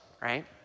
right